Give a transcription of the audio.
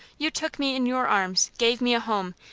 you took me in your arms, gave me a home,